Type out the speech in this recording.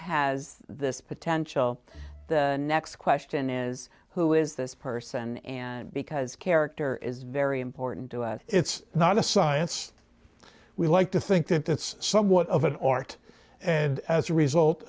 has this potential the next question is who is this person and because character is very important to us it's not a science we like to think that it's somewhat of an art and as a result